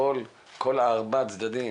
על כל פנים,